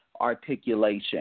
articulation